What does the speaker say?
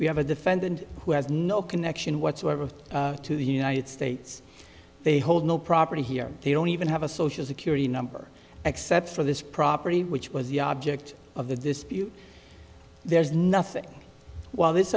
we have a defendant who has no connection whatsoever to the united states they hold no property here they don't even have a social security number except for this property which was the object of the dispute there's nothing while this